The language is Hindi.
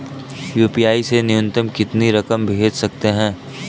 यू.पी.आई से न्यूनतम कितनी रकम भेज सकते हैं?